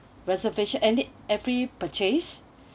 reservation and it every purchase